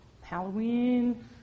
Halloween